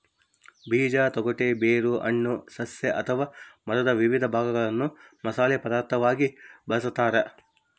ಬೀಜ ತೊಗಟೆ ಬೇರು ಹಣ್ಣು ಸಸ್ಯ ಅಥವಾ ಮರದ ವಿವಿಧ ಭಾಗಗಳನ್ನು ಮಸಾಲೆ ಪದಾರ್ಥವಾಗಿ ಬಳಸತಾರ